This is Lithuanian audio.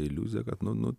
iliuziją kad nu nu